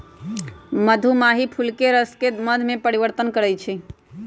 मधुमाछी फूलके रसके मध में परिवर्तन करछइ